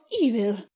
evil